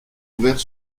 ouvert